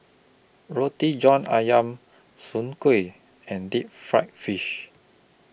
Roti John Ayam Soon Kuih and Deep Fried Fish